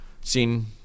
seen